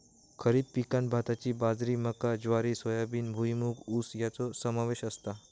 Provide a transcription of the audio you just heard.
खरीप पिकांत भाताची बाजरी मका ज्वारी सोयाबीन भुईमूग ऊस याचो समावेश असता